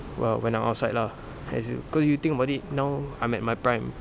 well when I'm outside lah as in cause you think about it now I'm at my prime